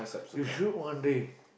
you should one day